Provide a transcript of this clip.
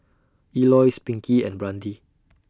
Elois Pinkey and Brandi